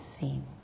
seen